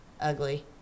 ugly